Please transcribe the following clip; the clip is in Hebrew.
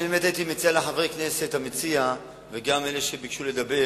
אני באמת הייתי מציע לחבר הכנסת המציע וגם לאלה שביקשו לדבר